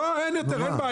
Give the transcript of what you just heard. אין יותר בעיה.